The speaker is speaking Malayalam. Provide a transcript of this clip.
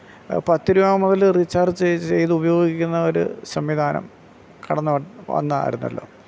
പത്ത് രൂപ മുതൽ റീചാർജ് ചെയ്ത് ചെയ്ത് ഉപയോഗിക്കുന്നവർ സംവിധാനം കടന്നുവന്നു വന്നായിരുന്നല്ലോ